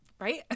right